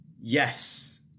Yes